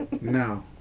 No